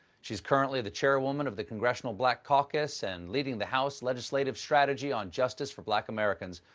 she's currently the chairwoman of the congressional black caucus and leading the house's legislative strategy on justice for black americans.